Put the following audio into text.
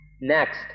Next